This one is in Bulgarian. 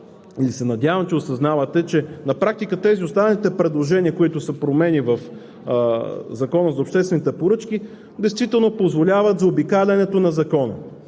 се надявам да осъзнавате, че на практика останалите предложения, които за са промени в Закона за обществените поръчки, действително позволяват заобикалянето на Закона.